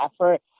effort